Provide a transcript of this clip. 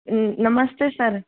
नमस्ते सर